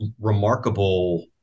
remarkable